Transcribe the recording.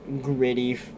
gritty